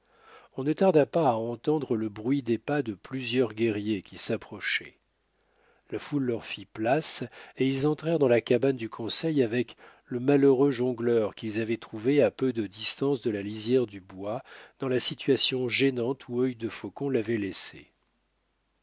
on ne tarda pas à entendre le bruit des pas de plusieurs guerriers qui s'approchaient la foule leur fit place et ils entrèrent dans la cabane du conseil avec le malheureux jongleur qu'ils avaient trouvé à peu de distance de la lisière du bois dans la situation gênante où œil de faucon l'avait laissé